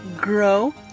grow